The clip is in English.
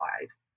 lives